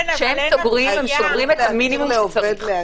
כשהם סוגרים, הם סוגרים את המינימום שצריך.